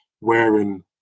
wearing